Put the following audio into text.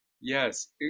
Yes